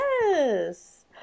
Yes